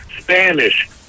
Spanish